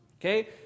Okay